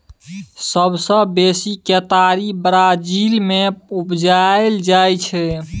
सबसँ बेसी केतारी ब्राजील मे उपजाएल जाइ छै